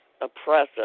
oppressive